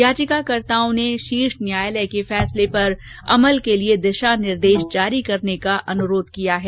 याचिकाकर्ताओं ने शीर्ष न्यायालय के फैसले पर अमल के लिए दिशा निर्देश जारी करने का अनुरोध किया है